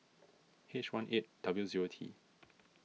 H one eight W zero T